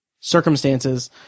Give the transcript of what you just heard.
circumstances